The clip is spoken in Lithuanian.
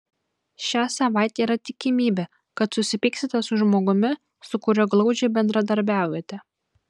šią savaitę yra tikimybė kad susipyksite su žmogumi su kuriuo glaudžiai bendradarbiaujate